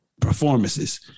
performances